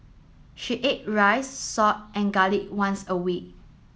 she ate rice salt and garlic once a week